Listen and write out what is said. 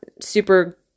super